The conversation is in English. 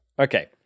Okay